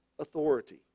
authority